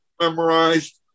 memorized